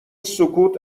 سکوت